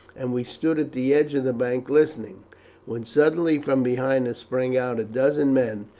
and we stood at the edge of the bank listening when suddenly from behind us sprang out a dozen men,